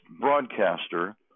broadcaster